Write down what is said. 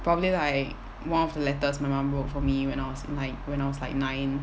probably like one of the letters my mum wrote for me when I was like when I was like nine